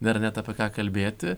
dar net apie ką kalbėti